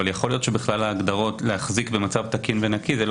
אבל יכול להיות שההגדרות "להחזיק במצב תקין ונקי" לא